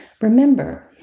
Remember